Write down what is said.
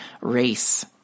race